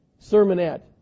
sermonette